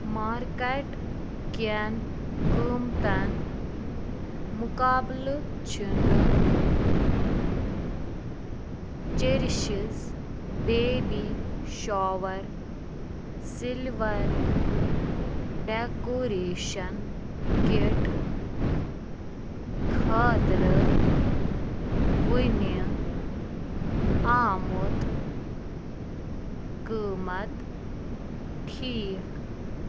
market کٮ۪ن قۭمتَن مُقابلہٕ چھِنہٕ cherishes baby shower silver decoration kit خٲطرٕ وٕنہِ آمُت قۭمَت ٹھیٖک